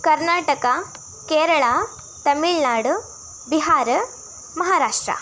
Karnataka Kerala Tamil Nadu Bihar Maharashtra